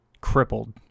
Crippled